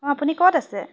অ' আপুনি ক'ত আছে